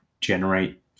generate